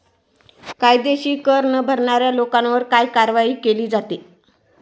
कायदेशीर कर न भरणाऱ्या लोकांवर काय कारवाई केली जाते?